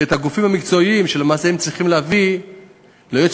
את הגופים המקצועיים שצריכים להביא ליועץ